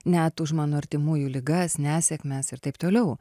net už mano artimųjų ligas nesėkmes ir taip toliau